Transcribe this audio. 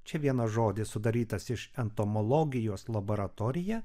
čia vienas žodis sudarytas iš entomologijos laboratorija